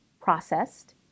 processed